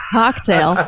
cocktail